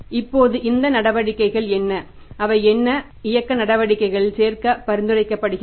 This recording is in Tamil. இப்போது இந்த நடவடிக்கைகள் என்ன அவை என்ன இயக்க நடவடிக்கைகளில் சேர்க்க பரிந்துரைக்கப்படுகின்றன